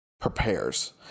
Prepares